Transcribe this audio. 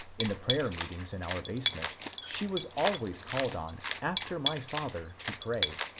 in the prayer-meetings in our basement she was always called on after my father to pray,